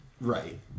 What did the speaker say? Right